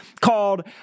called